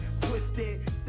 Twisted